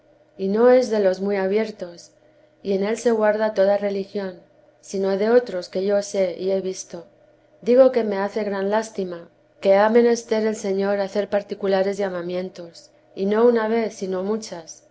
abiertos y en él se guarda toda religión sino de otros que yo sé y he visto digo que me hace gran lástima que ha menester el señor hacer particulares llamamientos y no una vez sino muchas